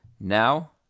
now